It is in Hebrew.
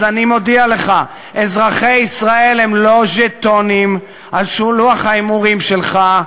אז אני מודיע לך: אזרחי ישראל הם לא ז'יטונים על לוח ההימורים שלך,